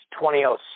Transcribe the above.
2006